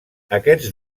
aquests